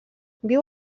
viu